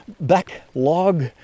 backlog